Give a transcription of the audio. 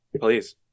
please